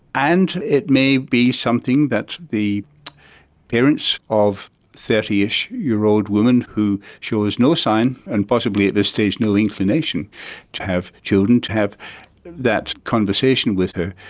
and it may be something that the parents of a thirty ish year old woman who shows no sign and possibly at this stage no inclination to have children, to have that conversation with her,